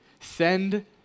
send